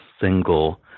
single